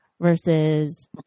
versus